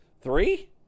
three